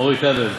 מורי כבל.